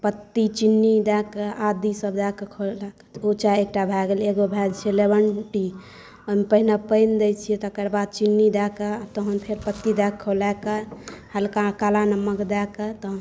पत्ती चिन्नी दऽ कऽ आदीसब दऽ कऽ खौलाकऽ तऽ ओ चाइ एकटा भऽ गेल एगो भऽ जाइ छै लेमन टी ओहिमे पहिने पानि दै छिए तकर बाद चिन्नी दऽ कऽ तहन फेर पत्ती दऽ कऽ खौलाकऽ हलका काला नमक दऽ कऽ तहन